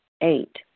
Eight